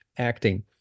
acting